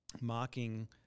mocking